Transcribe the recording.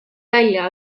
välja